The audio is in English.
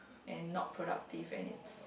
and not productive and it's